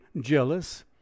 jealous